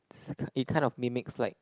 it kind of mimics like